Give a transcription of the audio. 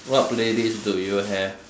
what playlist do you have